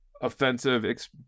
offensive